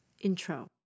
Intro